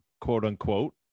quote-unquote